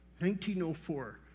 1904